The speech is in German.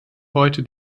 heute